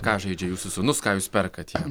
ką žaidžia jūsų sūnus ką jūs perkat jam